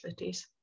50s